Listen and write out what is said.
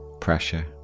pressure